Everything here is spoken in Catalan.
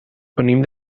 venim